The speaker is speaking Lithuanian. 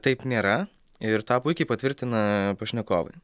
taip nėra ir tą puikiai patvirtina pašnekovai